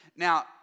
Now